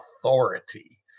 authority